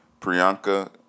Priyanka